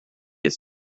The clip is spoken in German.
ist